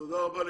תודה רבה.